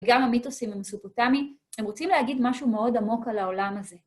גם המיתוסים המסופוטמי, הם רוצים להגיד משהו מאוד עמוק על העולם הזה.